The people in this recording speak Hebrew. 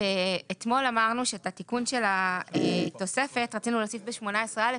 אתמול אמרנו שאת התיקון של התוספת רצינו להוסיף ב-18א,